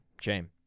shame